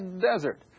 Desert